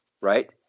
right